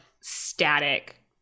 static